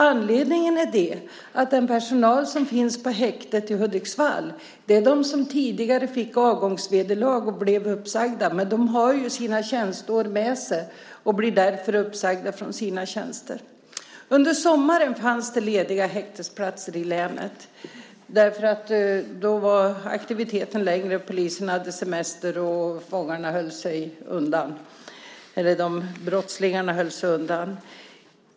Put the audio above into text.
Anledningen är att den personal som finns på häktet i Hudiksvall är de som tidigare fick avgångsvederlag och blev uppsagda. De har ju sina tjänsteår med sig och blir därför inte uppsagda från sina tjänster. Under sommaren fanns det lediga häktesplatser i länet. Då var aktiviteten lägre, polisen hade semester och brottslingarna höll sig undan.